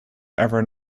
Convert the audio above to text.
ever